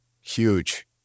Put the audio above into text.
Huge